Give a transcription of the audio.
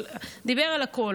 דיבר על הכול.